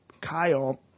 Kyle